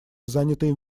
занятые